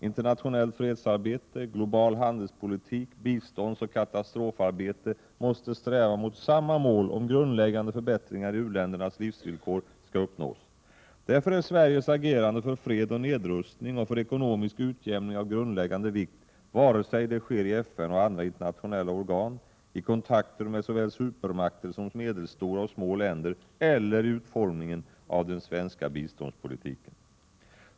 Internationellt fredsarbete, global handelspolitik, biståndsoch katastrofarbete måste sträva mot samma mål, om grundläggande förbättringar i u-ländernas livsvillkor skall uppnås. Därför är Sveriges agerande för fred och nedrustning och för ekonomisk utjämning av grundläggande vikt, vare sig det sker i FN och andra internationella organ eller i kontakter med såväl supermakter som medelstora och små länder eller i utformningen av den svenska biståndspolitiken.